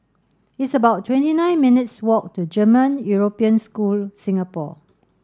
it's about twenty nine minutes' walk to German European School Singapore